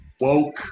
woke